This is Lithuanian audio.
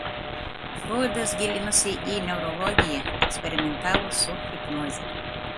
froidas gilinosi į neurologiją eksperimentavo su hipnoze